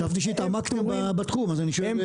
חשבתי שהתעמקתם בתחום אז אני שואל.